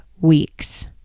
weeks